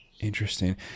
Interesting